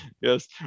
Yes